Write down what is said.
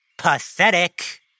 Pathetic